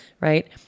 right